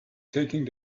taking